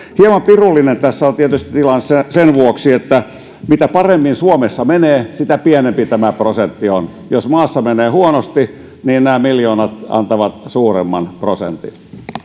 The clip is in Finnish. hieman pirullinen tässä on tietysti tilanne sen vuoksi että mitä paremmin suomessa menee sitä pienempi tämä prosentti on jos maassa menee huonosti nämä miljoonat antavat suuremman prosentin